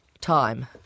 time